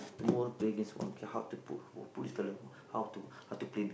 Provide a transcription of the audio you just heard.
tomorrow play against one okay how to put put this fellow how to how to play